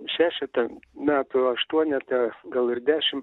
šešetą metų aštuonetą gal ir dešim